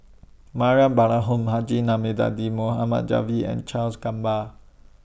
Mariam Balaharom Haji Namazie Mohd Javad and Charles Gamba